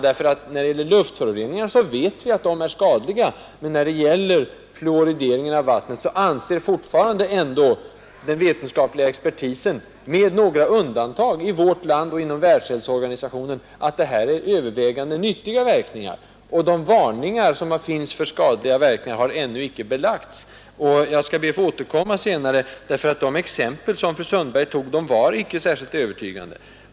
När det gäller luftföroreningar vet vi att de är skadliga, men när det gäller fluoridering av vattnet anser ändå fortfarande den vetenskapliga expertisen, med några undantag, i vårt land och inom Världshälsoorganisationen att den har övervägande nyttiga verkningar. De varningar för skadliga verkningar som har framförts har ännu icke belagts. Jag skall be att få återkomma senare, eftersom de exempel fru Sundberg tog fram icke var särskilt övertygande.